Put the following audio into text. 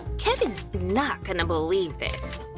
kevin's not gonna believe this.